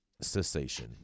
cessation